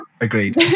Agreed